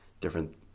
different